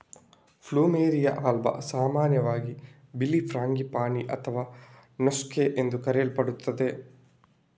plumeria alba ಸಾಮಾನ್ಯವಾಗಿ ಬಿಳಿ frangipani ಅಥವಾ ನೋಸ್ಗೇ ಎಂದು ಕರೆಯಲ್ಪಡುತ್ತದೆ